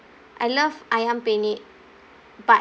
I love ayam penyet but